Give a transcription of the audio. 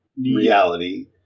reality